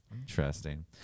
Interesting